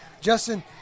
Justin